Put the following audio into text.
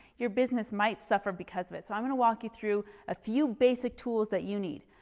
your business might suffer because of it. so i'm gonna walk you through a few basic tools that you need.